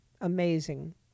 amazing